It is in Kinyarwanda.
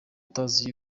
utazi